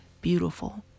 beautiful